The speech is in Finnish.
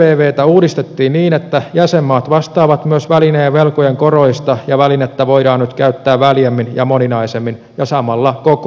pian ervvtä uudistettiin niin että jäsenmaat vastaavat myös välineen ja velkojen koroista ja välinettä voidaan käyttää väljemmin ja moninaisemmin ja samalla kokoluokka kasvoi